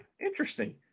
Interesting